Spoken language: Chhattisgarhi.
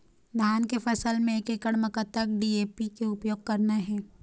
धान के फसल म एक एकड़ म कतक डी.ए.पी के उपयोग करना हे?